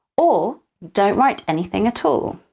or don't write anything at all!